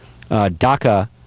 DACA